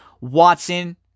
Watson